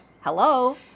Hello